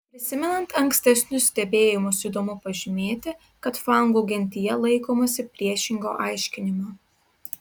prisimenant ankstesnius stebėjimus įdomu pažymėti kad fangų gentyje laikomasi priešingo aiškinimo